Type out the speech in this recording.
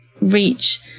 reach